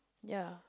ya